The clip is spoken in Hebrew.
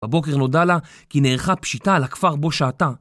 בבוקר נודה לה כי נערכה פשיטה על הכפר בו שהתה.